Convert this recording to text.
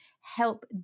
help